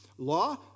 Law